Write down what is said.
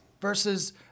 versus